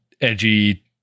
edgy